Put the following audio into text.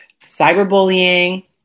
cyberbullying